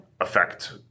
affect